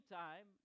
time